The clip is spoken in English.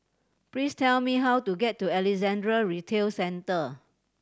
please tell me how to get to Alexandra Retail Centre